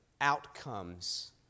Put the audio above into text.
Outcomes